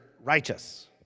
righteous